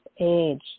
age